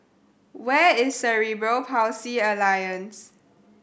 where is Cerebral Palsy Alliance